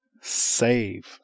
Save